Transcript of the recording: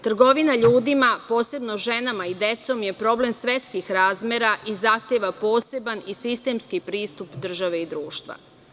Trgovina ljudima, posebno ženama i decom, je problem svetskih razmera i zahteva poseban i sistemski pristup države i društva.